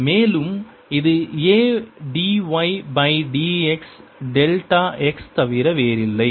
மேலும் இது A dy by dx delta x தவிர வேறில்லை